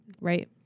Right